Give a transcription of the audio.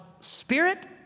Spirit